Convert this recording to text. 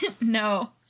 No